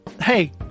hey